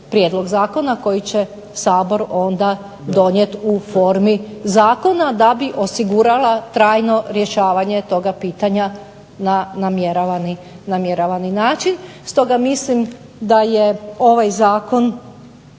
prijedlog zakona koji će Sabor onda donijeti u formi zakona, da bi osigurala trajno rješavanje toga pitanja na namjeravani način. Stoga mislim da je ovaj zakon